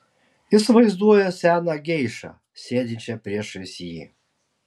jis vaizduoja seną geišą sėdinčią priešais jį